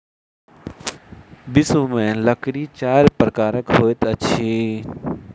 विश्व में लकड़ी चाइर प्रकारक होइत अछि